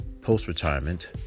Post-retirement